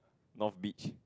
no beach